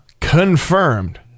confirmed